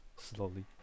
Slowly